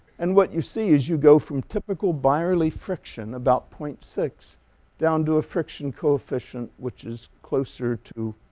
and what you see is you go from typical byerlee friction about point six down to a friction coefficient which is closer to,